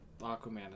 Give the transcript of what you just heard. Aquaman